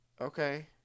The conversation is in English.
Okay